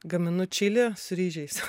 gaminu čili su ryžiais